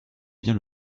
bien